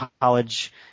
college